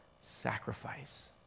sacrifice